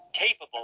Capable